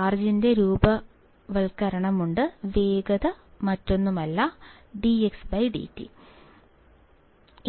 ചാർജിന്റെ രൂപവത്കരണമുണ്ട് വേഗത മറ്റൊന്നുമല്ല dxdt